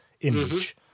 image